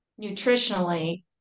nutritionally